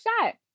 shot